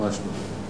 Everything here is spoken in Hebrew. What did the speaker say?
ממש לא.